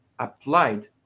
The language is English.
applied